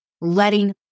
letting